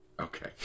Okay